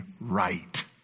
right